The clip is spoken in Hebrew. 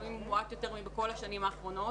לפעמים מועט יותר מבכל השנים האחרונות